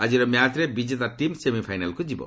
ଆଜିର ମ୍ୟାଚ୍ରେ ବିଜେତା ଟିମ୍ ସେମିଫାଇନାଲ୍କୁ ଯିବ